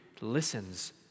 listens